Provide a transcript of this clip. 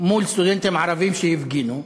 מול סטודנטים ערבים שהפגינו,